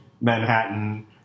Manhattan